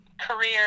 career